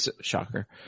shocker